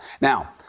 Now